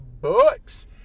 books